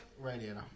Radiator